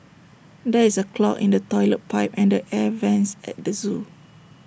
there is A clog in the Toilet Pipe and the air Vents at the Zoo